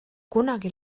kunagi